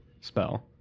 spell